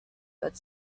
bud